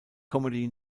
comedy